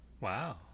Wow